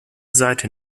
seite